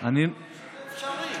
אמרת שזה אפשרי.